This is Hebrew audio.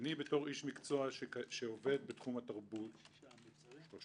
אני בתור איש מקצוע שעובד בתחום התרבות 30,